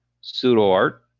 Pseudo-Art